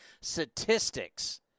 statistics